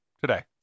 today